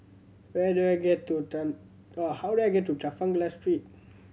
where do I get to how do I get to Trafalgar Street